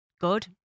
good